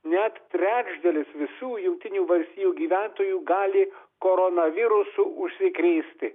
net trečdalis visų jungtinių valstijų gyventojų gali koronavirusu užsikrėsti